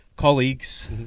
Colleagues